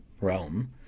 realm